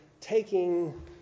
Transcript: taking